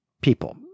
people